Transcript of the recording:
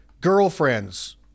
girlfriends